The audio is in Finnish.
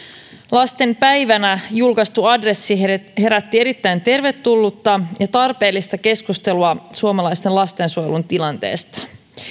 lasten oikeuksien päivänä julkaistu adressi herätti herätti erittäin tervetullutta ja tarpeellista keskustelua suomalaisen lastensuojelun tilanteesta